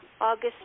August